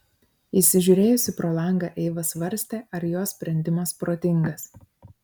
įsižiūrėjusi pro langą eiva svarstė ar jos sprendimas protingas